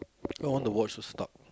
I want the watch will stop